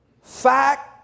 fact